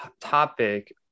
topic